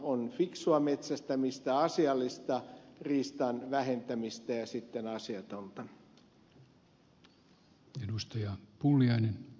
on fiksua metsästämistä asiallista riistan vähentämistä ja sitten asiatonta